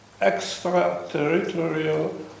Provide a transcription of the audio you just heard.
extraterritorial